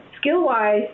Skill-wise